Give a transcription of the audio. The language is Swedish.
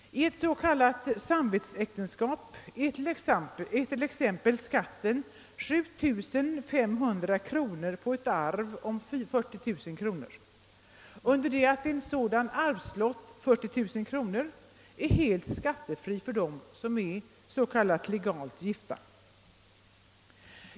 I ett s.k. samvetsäktenskap är exempelvis skatten 7500 kronor på ett arv om 40 000 kronor, under det att en sådan arvslott — 40 000 kronor — är helt skattefri för dem som är legalt gifta.